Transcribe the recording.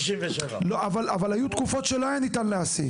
אבל היו תקופות שלא היה אפשר להעסיק.